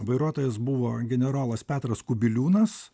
vairuotojas buvo generolas petras kubiliūnas